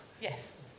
Yes